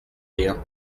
rien